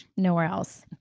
nowhere else